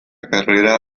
carrera